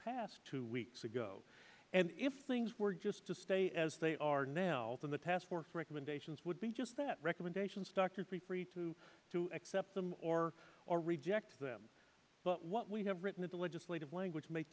passed two weeks ago and if things were just to stay as they are now then the task force recommendations would be just that recommendations doctors be free to accept them or or reject them but what we have written is the legislative language may